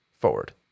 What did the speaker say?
forward